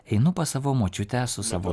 einu pas savo močiutę su savo